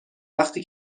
وقتی